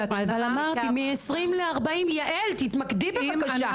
אמרתי, מ-20 ל-40, תתמקדי בבקשה.